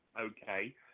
okay